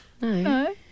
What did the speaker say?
No